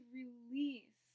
release